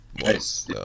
Nice